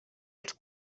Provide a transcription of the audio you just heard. als